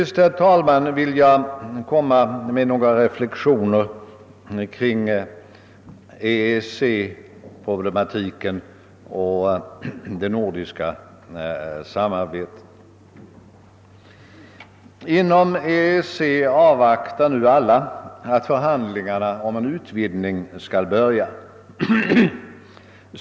Sedan vill jag göra några reflexicner kring EEC-problematiken och det nordiska samarbetet. Inom EEC avvaktar nu alla att förhandlingarna om en utvidgning skall börja.